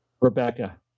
Rebecca